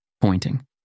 pointing